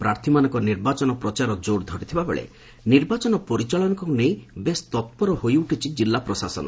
ପ୍ରାର୍ଥୀମାନଙ୍କ ନିର୍ବାଚନ ପ୍ରଚାର ଜୋର୍ ଧରିଥିବାବେଳେ ନିର୍ବାଚନ ପରିଚାଳନାକୁ ନେଇ ବେଶ୍ ତପିର ହୋଇଉଠିଛି କିଲ୍ଲା ପ୍ରଶାସନ